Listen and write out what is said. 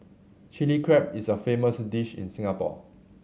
Chilli Crab is a famous dish in Singapore